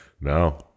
No